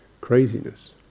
craziness